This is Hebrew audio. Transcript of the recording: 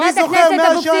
חברת הכנסת אבקסיס,